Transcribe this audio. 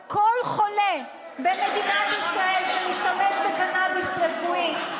61. ההצעה עוברת לוועדת הבריאות להמשך חקיקה.